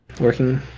working